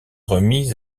remis